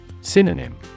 Synonym